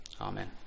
Amen